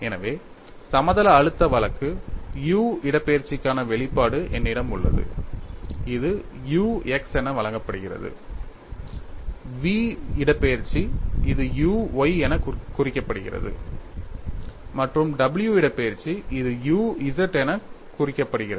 எனவே சமதள அழுத்த வழக்கு u இடப்பெயர்ச்சிக்கான வெளிப்பாடு என்னிடம் உள்ளது இது u x என வழங்கப்படுகிறது v இடப்பெயர்ச்சி இது u y என குறிப்பிடப்படுகிறது மற்றும் w இடப்பெயர்ச்சி இது u z என குறிப்பிடப்படுகிறது